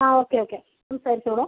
uh okay okay സംസാരിച്ചോളു